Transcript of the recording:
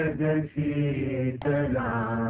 da da